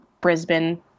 Brisbane